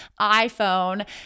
iPhone